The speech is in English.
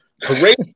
Great